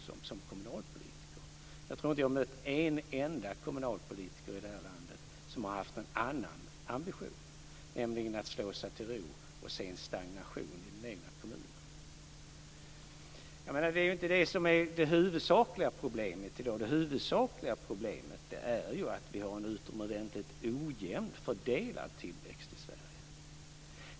Jag tror inte att jag har mött en enda kommunalpolitiker i det här landet som har haft en annan ambition, nämligen att slå sig till ro och se en stagnation i den egna kommunen. Det är inte det som är det huvudsakliga problemet i dag, utan det är ju att vi har en utomordentligt ojämnt fördelad tillväxt i Sverige.